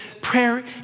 prayer